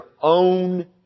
own